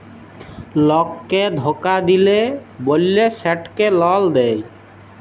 লককে ধকা দিল্যে বল্যে সেটকে লল দেঁয়